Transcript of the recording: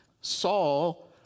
Saul